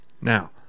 Now